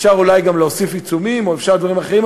אפשר אולי גם להוסיף עיצומים או דברים אחרים,